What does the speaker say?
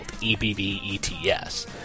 E-B-B-E-T-S